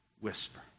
whisper